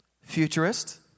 futurist